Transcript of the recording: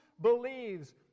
believes